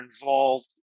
involved